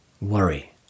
worry